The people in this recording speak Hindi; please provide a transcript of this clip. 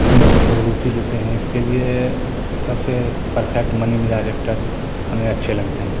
लोगों को रुचि देते हैं इसके लिए सबसे परफ़ेक्ट मनी मेराज एक्टर हमें अच्छे लगते हैं